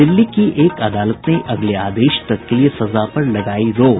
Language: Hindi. दिल्ली की एक अदालत ने अगले आदेश तक के लिए सजा पर लगायी रोक